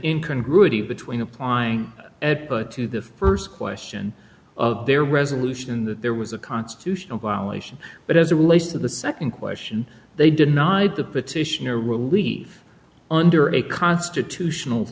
inconclusive between applying to the first question of their resolution that there was a constitutional violation but as it relates to the second question they denied the petitioner relief under a constitutional